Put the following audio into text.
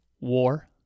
War